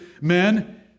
men